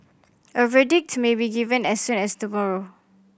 a verdict may be given as soon as tomorrow